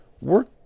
work